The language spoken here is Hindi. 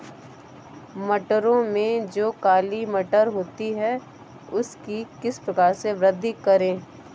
मटरों में जो काली मटर होती है उसकी किस प्रकार से वृद्धि करें?